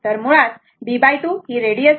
तर मुळात b2 ही रेडीएस आहे